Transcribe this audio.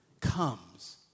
comes